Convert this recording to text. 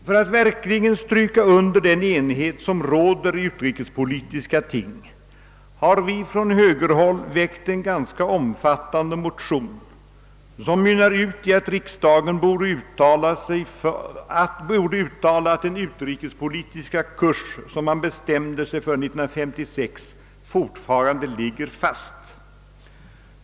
För att verkligen stryka under den enighet som råder i utrikespolitiska ting har vi från högerhåll väckt en ganska omfattande motion som mynnar ut i att riksdagen borde uttala att den utrikespolitiska kurs, som man bestämde sig för 1956, fortfarande ligger fast.